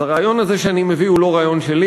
אז הרעיון הזה שאני מביא הוא לא רעיון שלי,